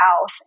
house